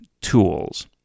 tools